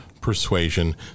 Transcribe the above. persuasion